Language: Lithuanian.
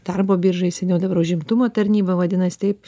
darbo biržai seniau dabar užimtumo tarnyba vadinasi taip